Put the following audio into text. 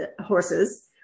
horses